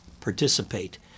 participate